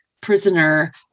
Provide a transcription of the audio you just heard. prisoner